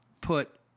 put